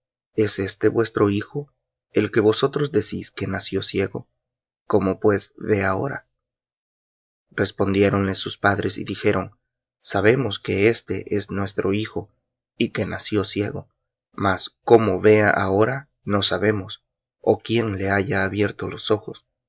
es éste vuestro hijo el que vosotros decís que nació ciego cómo pues ve ahora respondiéronles sus padres y dijeron sabemos que éste es nuestro hijo y que nació ciego mas cómo vea ahora no sabemos ó quién le haya abierto los ojos